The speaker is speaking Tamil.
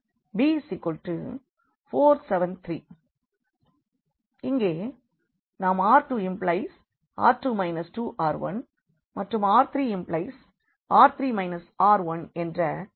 b4 7 3 இங்கே ஆனால் நாம் R2R2 2R1 மற்றும் R3R3 R1 என்ற இதே ஆப்பெரேஷன்களை செய்வோம்